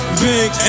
big